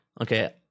Okay